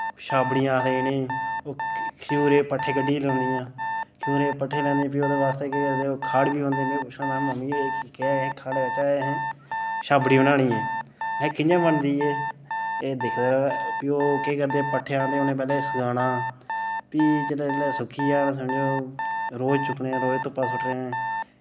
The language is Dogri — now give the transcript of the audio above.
छाबड़ियां आखदे इ'नें ई ओह् खजूरे दे पट्ठे कड्ढियै लेई औंदियां खजूरे दे पट्ठे लेई औंदियां फ्ही ओह्दे वास्तै केह् करदियां ओ खाड़ बी लेई औंदे में पुच्छेआ महां मम्मी एह् केह् ऐ खाड़ ऐ बच्चा एह् छाबड़ी बनानी ऐ महां कि'यां बनदी ए एह् दिखदा र'वै फ्ही ओ केह् करदे पट्ठे आह्नदे उ'नें पैह्लें सकाना फ्ही जिसलै जिसलै सुक्की जान समझो रोज चुक्कने रोज धूपा सु'ट्टने